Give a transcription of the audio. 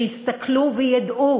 שיסתכלו וידעו